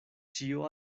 ĉio